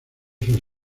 sus